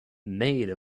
made